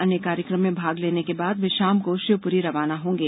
अन्य कार्यकम में भाग लेने के बाद वे शाम को शिवपुरी रवाना होंगे